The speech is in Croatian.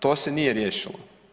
To se nije riješilo.